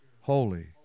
Holy